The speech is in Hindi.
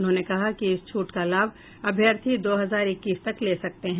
उन्होंने कहा कि इस छूट का लाभ अभ्यर्थी दो हजार इक्कीस तक ले सकते हैं